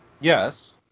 Yes